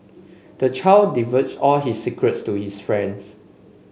the child divulged all his secrets to his friends